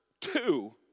two